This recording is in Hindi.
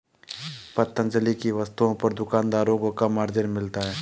पतंजलि की वस्तुओं पर दुकानदारों को कम मार्जिन मिलता है